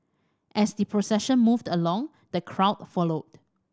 as the procession moved along the crowd followed